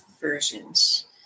versions